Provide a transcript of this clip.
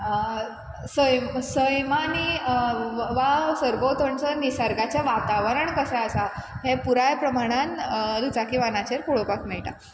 सैम सैम आनी वा सरभोंवतणच्या निसर्गाचें वातावरण कशें आसा हें पुराय प्रमाणान दुचाकी वाहनाचेर पोवपाक मेळटा